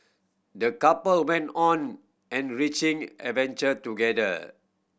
the couple went on an enriching adventure together